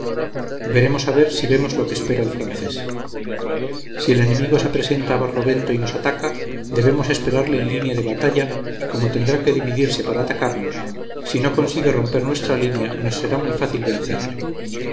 veremos a ver si vemos lo que espera el francés si el enemigo se presenta a barlovento y nos ataca debemos esperarle en línea de batalla y como tendrá que dividirse para atacarnos si no consigue romper nuestra línea nos será muy fácil vencerle